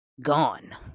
gone